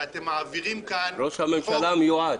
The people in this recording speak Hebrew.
ראש הממשלה היועד.